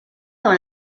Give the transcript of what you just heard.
dans